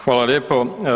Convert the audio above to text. Hvala lijepo.